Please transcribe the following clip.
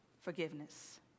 forgiveness